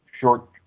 short